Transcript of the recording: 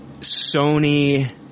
Sony